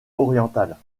orientale